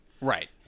Right